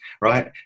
right